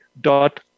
dot